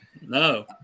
No